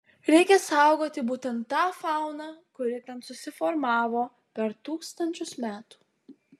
reikia saugoti būtent tą fauną kuri ten susiformavo per tūkstančius metų